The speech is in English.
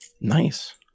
Nice